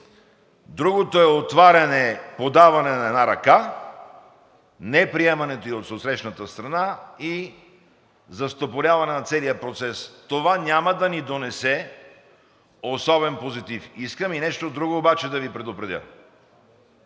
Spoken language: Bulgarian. Другото е подаване на една ръка, неприемането ѝ от отсрещната страна и застопоряване на целия процес. Това няма да ни донесе особен позитив. Искам и нещо друго обаче да Ви предупредя.